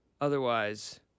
Otherwise